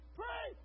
pray